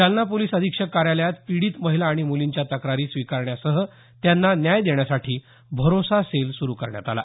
Jalna police अधीक्षक कार्यालयात पीडित महिला आणि मुलींच्या तक्रारी स्वीकारण्यासह त्यांना न्याय देण्यासाठी भरोसा सेल सुरू करण्यात आला